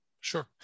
Sure